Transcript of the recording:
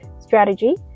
strategy